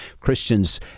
Christians